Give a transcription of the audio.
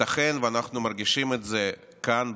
ייתכן שאנחנו מרגישים את זה כאן,